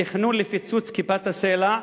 תכננה פיצוץ בכיפת-הסלע,